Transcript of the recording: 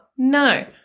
No